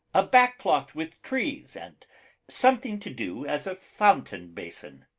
a back cloth with trees and something to do as a fountain basin.